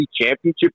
championship